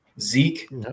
Zeke